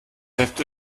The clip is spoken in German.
heft